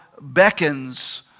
beckons